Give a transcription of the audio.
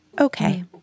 Okay